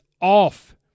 off